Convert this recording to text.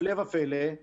הפלא ופלא,